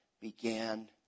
began